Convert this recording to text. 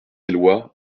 eloi